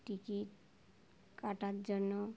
ticket কাটার জন্য